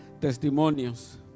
testimonios